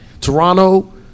Toronto